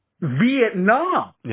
Vietnam